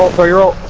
four, you